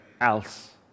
else